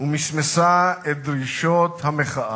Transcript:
ומסמסה את דרישות המחאה.